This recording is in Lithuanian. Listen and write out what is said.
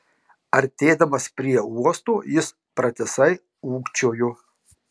artėdamas prie uosto jis pratisai ūkčiojo